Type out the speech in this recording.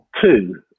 Two